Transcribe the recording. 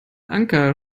anker